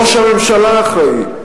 ראש הממשלה אחראי.